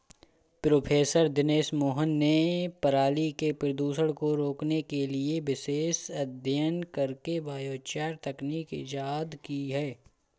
professor Dinesh Mohan ने पराली के प्रदूषण को रोकने के लिए विशेष अध्ययन करके बायोचार तकनीक इजाद की है